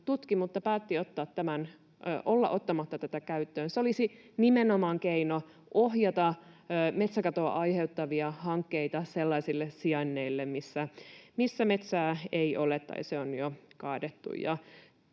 mutta päätti olla ottamatta sitä käyttöön. Se olisi nimenomaan keino ohjata metsäkatoa aiheuttavia hankkeita sellaisille sijainneille, missä metsää ei ole tai se on jo kaadettu.